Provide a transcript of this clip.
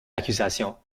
accusations